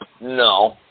No